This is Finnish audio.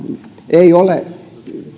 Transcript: eivät ole